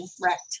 wrecked